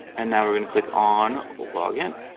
and now we're gonna click on login